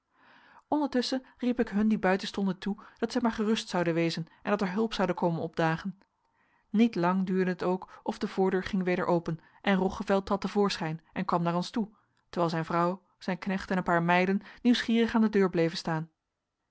ondertusschen riep ik hun die buiten stonden toe dat zij maar gerust zouden wezen en dat er hulp zoude komen opdagen niet lang duurde het ook of de voordeur ging weder open en roggeveld trad te voorschijn en kwam naar ons toe terwijl zijn vrouw zijn knecht en een paar meiden nieuwsgierig aan de deur hieven staan